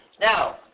Now